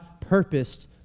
purposed